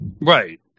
Right